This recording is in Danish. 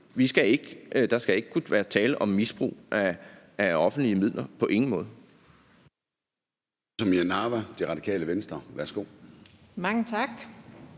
Der skal ikke kunne være tale om misbrug af offentlige midler, på ingen måde.